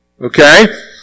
Okay